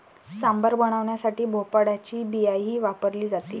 सांबार बनवण्यासाठी भोपळ्याची बियाही वापरली जाते